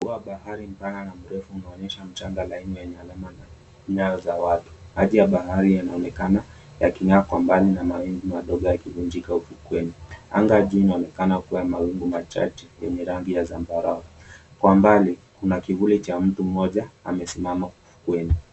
Ufuo wa bahari mpana na mrefu unaonyesha mchanga laini wenye alama na nyayo za watu. Maji ya bahari yanaonekana yaking'aa kwa mbali na mawingu madogo yakivunjika ufukweni. Anga juu inaonekana kuwa ya mawingu machache na yenye rangi ya zambarau. Kwa mbali, kuna kivuli cha mtu mmoja amesimama ufukweni.